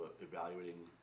evaluating